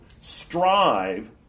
Strive